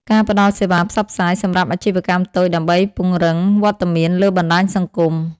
ការផ្តល់សេវាផ្សព្វផ្សាយ សម្រាប់អាជីវកម្មតូចដើម្បីពង្រឹងវត្តមានលើបណ្តាញសង្គម។